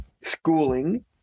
schooling